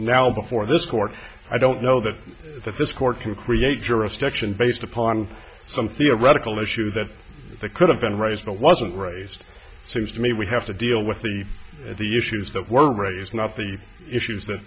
now before this court i don't know that that this court can create jurisdiction based upon some theoretical issue that could have been raised but wasn't raised seems to me we have to deal with the at the issues that were raised not the issues that